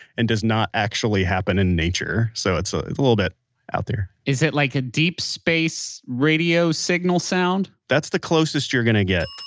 and does not actually happen in nature, so it's a little bit out there is it like a deep-space radio-signal sound? that's the closest you're going to get.